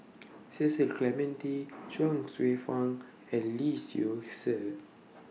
Cecil Clementi Chuang Hsueh Fang and Lee Seow Ser